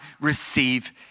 receive